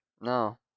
No